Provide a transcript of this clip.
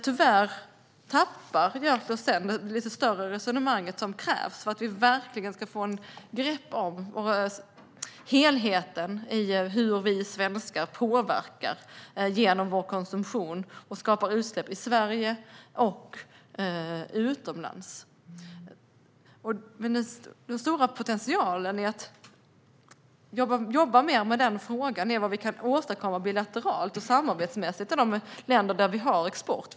Tyvärr tappar Gjörtler sedan det lite större resonemang som krävs för att vi verkligen ska få ett grepp om helheten när det gäller hur vi svenskar påverkar genom vår konsumtion och skapar utsläpp i Sverige och utomlands. Den stora potentialen i att jobba mer med den frågan är vad vi kan åstadkomma bilateralt och samarbetsmässigt i de länder dit vi exporterar.